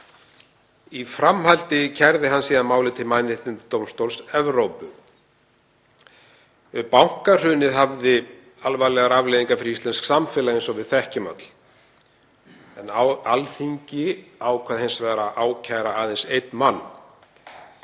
Í framhaldi kærði hann málið til Mannréttindadómstóls Evrópu. Bankahrunið hafði alvarlegar afleiðingar fyrir íslenskt samfélag eins og við þekkjum öll, en Alþingi ákvað hins vegar að ákæra aðeins einn mann,